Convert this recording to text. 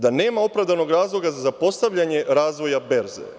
Da nema opravdanog razloga za zapostavljanje razvoja berze.